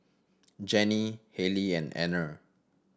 Jennie Hallie and Anner